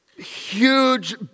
huge